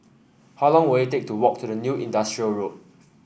how long will it take to walk to the New Industrial Road